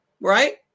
Right